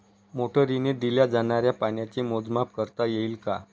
मोटरीने दिल्या जाणाऱ्या पाण्याचे मोजमाप करता येईल का?